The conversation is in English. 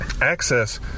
access